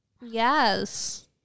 Yes